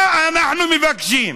מה אנחנו מבקשים?